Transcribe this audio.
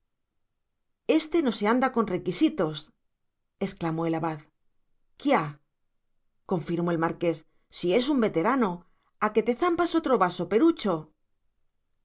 éste no se anda con requisitos exclamó el abad quiá confirmó el marqués si es un veterano a que te zampas otro vaso perucho